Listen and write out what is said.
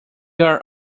are